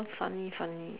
uh funny funny